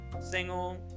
single